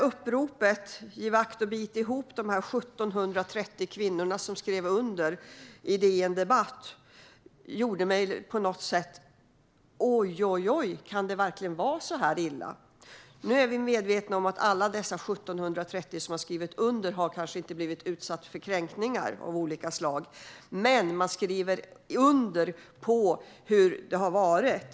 Uppropet givaktochbitihop som har skrivits under av 1 730 kvinnor och publicerats på DN Debatt fick mig att undra om det verkligen kan vara så illa. Alla 1 730 kvinnor som har skrivit under har kanske inte blivit utsatta för kränkningar av olika slag, men de skriver under på hur det har varit.